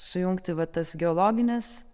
sujungti va tas geologines